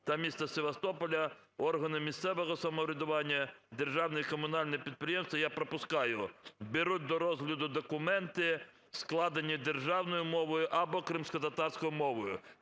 та міста Севастополя, органи місцевого самоврядування, державні й комунальні підприємства… – я пропускаю – беруть до розгляду документи, складені державною мовою або кримськотатарською мовою…".